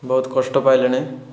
ବହୁତ କଷ୍ଟ ପାଇଲେଣି